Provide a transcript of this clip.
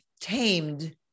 tamed